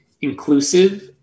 inclusive